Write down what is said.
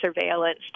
surveillance